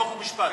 חוק ומשפט.